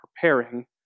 preparing